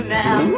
now